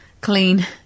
clean